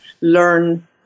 learn